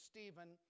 Stephen